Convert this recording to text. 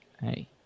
Hey